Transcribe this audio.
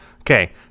Okay